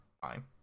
Fine